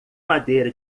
madeira